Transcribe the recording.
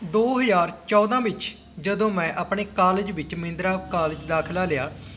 ਦੋ ਹਜ਼ਾਰ ਚੌਦ੍ਹਾਂ ਵਿੱਚ ਜਦੋਂ ਮੈਂ ਆਪਣੇ ਕਾਲਜ ਵਿੱਚ ਮਹਿੰਦਰਾ ਕਾਲਜ ਦਾਖਲਾ ਲਿਆ